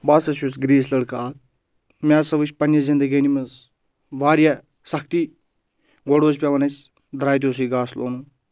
بہٕ ہَسا چھُس گریٖس لڑکہٕ اکھ مےٚ ہَسا وٕچھ پنٕنہِ زندگٲنی منٛز واریاہ سختی گۄڈٕ اوس پؠوان اَسہِ درٛاتیو سۭتۍ گاسہٕ لونُن